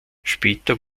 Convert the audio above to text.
später